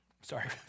Sorry